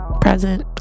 present